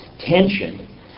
tension